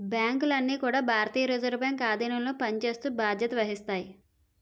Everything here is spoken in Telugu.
బ్యాంకులన్నీ కూడా భారతీయ రిజర్వ్ బ్యాంక్ ఆధీనంలో పనిచేస్తూ బాధ్యత వహిస్తాయి